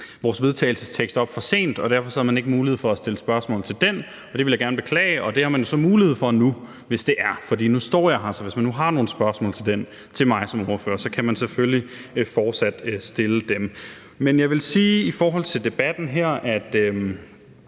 til vedtagelse op for sent, og derfor havde man ikke mulighed for at stille spørgsmål til det, og det vil jeg gerne beklage, og det har man jo så mulighed for nu, hvis det er, for nu står jeg her. Så hvis man nu har nogen spørgsmål til det til mig som ordfører, kan man selvfølgelig fortsat stille dem. Men jeg vil sige i forhold til debatten her, at